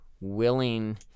willing